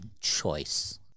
choice